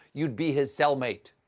you'd be his cellmate.